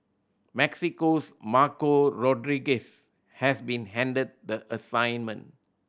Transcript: Mexico's Marco Rodriguez has been handed the assignment